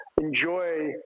enjoy